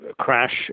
crash